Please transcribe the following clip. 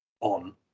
on